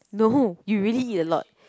no you really eat a lot